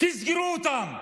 תסגרו אותם,